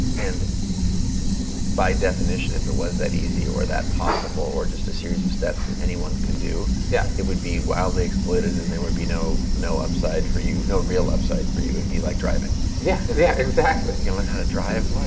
and by definition, if it was that easy or that possible, or just a series of steps that anyone could do, yeah it would be wildly exploited and there would be no no upside for you, no real upside for you. it'd be like driving. yeah, yeah exactly. you gonna learn how to drive,